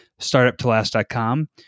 startuptolast.com